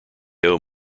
owe